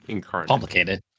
complicated